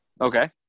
Okay